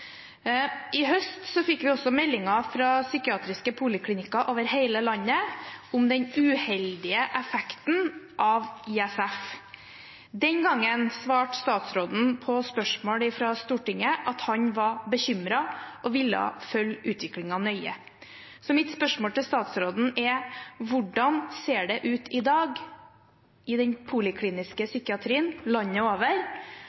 I høst fikk vi også meldinger fra psykiatriske poliklinikker over hele landet om den uheldige effekten av ISF. Den gangen svarte statsråden på spørsmål fra Stortinget at han var bekymret og ville følge utviklingen nøye. Så mitt spørsmål til statsråden er: Hvordan ser det ut i dag i den polikliniske psykiatrien landet over?